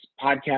podcast